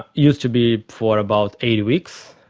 used to be for about eight weeks,